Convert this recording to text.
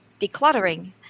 decluttering